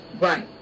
right